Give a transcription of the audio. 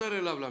חוזר למשרד,